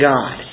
God